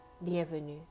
Bienvenue